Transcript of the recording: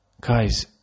guys